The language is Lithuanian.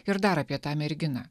ir dar apie tą merginą